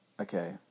okay